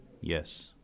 Yes